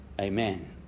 amen